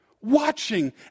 Watching